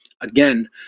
Again